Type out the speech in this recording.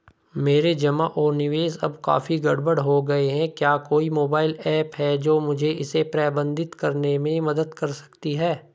मेरे जमा और निवेश अब काफी गड़बड़ हो गए हैं क्या कोई मोबाइल ऐप है जो मुझे इसे प्रबंधित करने में मदद कर सकती है?